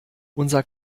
unser